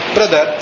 Brother